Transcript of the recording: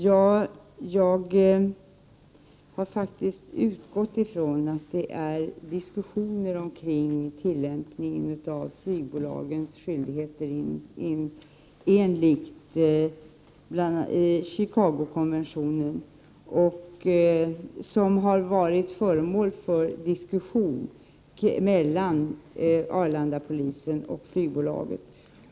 Ja, jag har faktiskt utgått från att det är tillämpningen av flygbolagens skyldigheter enligt Chicagokonventionen som har varit föremål för diskussion mellan Arlandapolisen och flygbolaget.